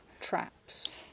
traps